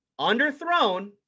underthrown